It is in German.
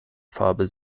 farbe